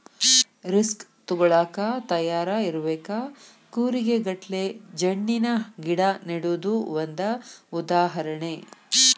risk ತುಗೋಳಾಕ ತಯಾರ ಇರಬೇಕ, ಕೂರಿಗೆ ಗಟ್ಲೆ ಜಣ್ಣಿನ ಗಿಡಾ ನೆಡುದು ಒಂದ ಉದಾಹರಣೆ